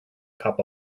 cup